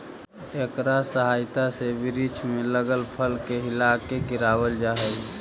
इकरा सहायता से वृक्ष में लगल फल के हिलाके गिरावाल जा हई